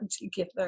together